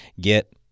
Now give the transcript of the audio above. get